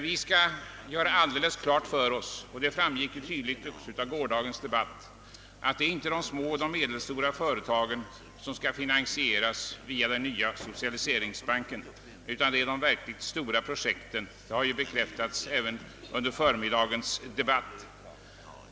Vi skall göra alldeles klart för oss, vilket också tydligt framgick av gårdagens debatt, att det inte är de små och medelstora företagen som skall finansieras via den nya socialiseringsbanken, utan det är de verkligt stora projekten som man avser. Det har ju bekräftats även under förmiddagens debatt.